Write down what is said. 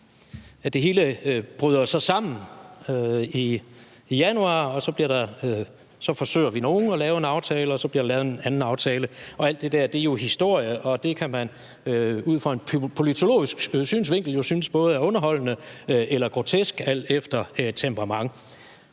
det hele sammen i januar, og så er vi nogle, der forsøger at lave en aftale, og så bliver der lavet en anden aftale og alt det der. Det er jo historie, og det kan man ud fra en politologisk synsvinkel synes er enten underholdende eller grotesk, alt efter temperament.